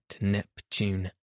Neptune